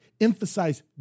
emphasize